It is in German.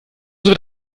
wird